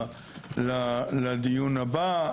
לדיון הבא.